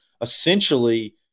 essentially